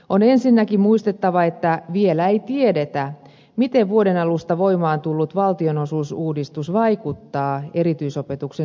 on ensinnäkin muistettava että vielä ei tiedetä miten vuoden alusta voimaan tullut valtionosuusuudistus vaikuttaa erityisopetuksen saatavuuteen